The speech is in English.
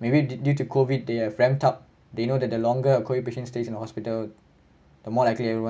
maybe due to COVID they have ramped up they know that the longer a COVID patient stays in a hospital the more likely everyone